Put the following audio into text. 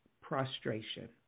prostration